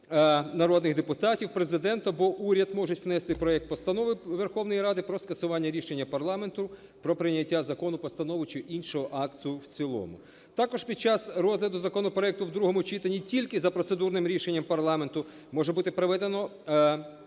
народних депутатів, Президент або уряд можуть внести проект Постанови Верховної Ради про скасування рішення парламенту про прийняття закону, постанови чи іншого акту в цілому. Також під час розгляду законопроекту в другому читанні тільки за процедурним рішенням парламенту може бути проведено